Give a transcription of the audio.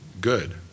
good